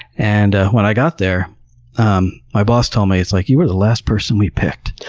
and when i got there um my boss told me, like, you were the last person we picked.